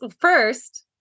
first